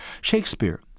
Shakespeare